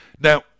Now